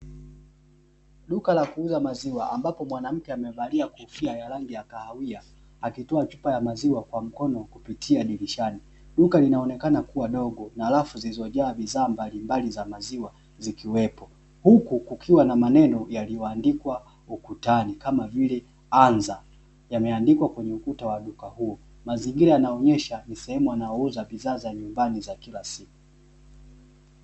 Duka la kuuza maziwa ambapo mwanamke amevalia kofia ya rangi ya kahawia akitoa chupa ya maziwa kwa mkono kupitia dirishani, duka linaonekana kuwa dogo na rafu zilizojaa mbalimbali za maziwa zikiwepo. Huku kukiwa na maneno yaliyoandikwa ukutani kama vile anza, yamendikwa kwenye ukuta wa duka hili, mazingira yanaonyesha ni sehemu wanaouza bidhaa za nyumbani za kila siku.